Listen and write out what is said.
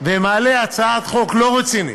ומעלה הצעת חוק לא רצינית,